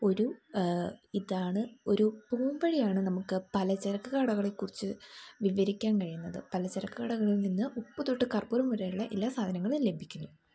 ഒരു ഇതാണ് ഒരു പോംവഴിയാണ് നമുക്ക് പലചരക്ക് കടകളെക്കുറിച്ച് വിവരിക്കാൻ കഴിയുന്നത് പലചരക്ക് കടകളില് നിന്ന് ഉപ്പു തൊട്ട് കർപ്പൂരം വരെയുള്ള എല്ലാ സാധനങ്ങളും ലഭിക്കുന്നു